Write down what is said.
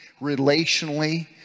relationally